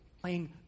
playing